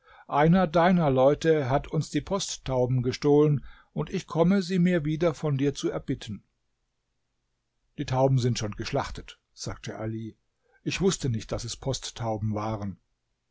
einer deiner leute hat uns die posttauben gestohlen und ich komme sie mir wieder von dir zu erbitten die tauben sind schon geschlachtet sagte ali ich wußte nicht daß es posttauben waren